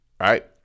right